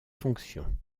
fonctions